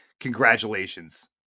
Congratulations